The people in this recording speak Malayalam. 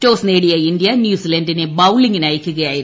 ടോസ് നേടിയ ഇന്ത്യ ന്യൂസിലന്റിനെ ബാറ്റിംഗിന് അയയ്ക്കുകയായിരുന്നു